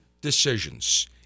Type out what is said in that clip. decisions